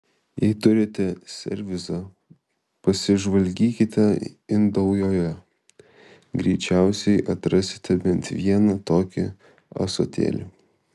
jei turite servizą pasižvalgykite indaujoje greičiausiai atrasite bent vieną tokį ąsotėlį